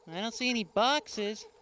i don't see any boxes.